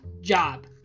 job